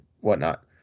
whatnot